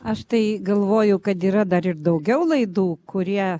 aš tai galvoju kad yra dar ir daugiau laidų kurie